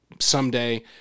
someday